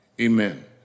Amen